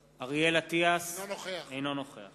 אטיאס, אינו נוכח